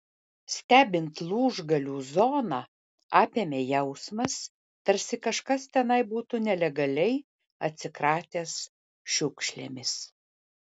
stebint lūžgalių zoną apėmė jausmas tarsi kažkas tenai būtų nelegaliai atsikratęs šiukšlėmis